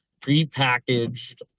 pre-packaged